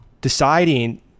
deciding